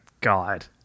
God